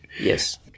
yes